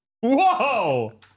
Whoa